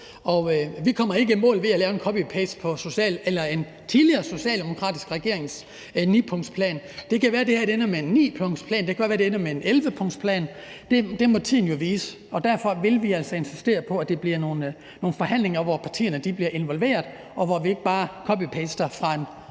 vi kommer ikke i mål ved at lave en copy-paste af en tidligere socialdemokratisk regerings nipunktsplan. Det kan være, at det her ender med en nipunktsplan, og det kan også være, at det ender med en 11-punktsplan. Det må tiden jo vise, og derfor vil vi altså insistere på, at det bliver nogle forhandlinger, hvor partierne bliver involveret, og hvor vi ikke bare copy-paster fra en